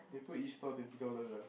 they put E-store twenty dollars ah